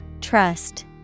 Trust